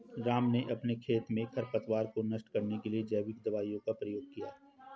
राम ने अपने खेत में खरपतवार को नष्ट करने के लिए जैविक दवाइयों का प्रयोग किया